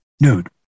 nude